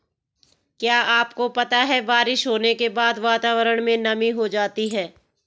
क्या आपको पता है बारिश होने के बाद वातावरण में नमी हो जाती है?